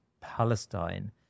Palestine